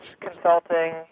consulting